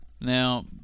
Now